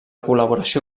col·laboració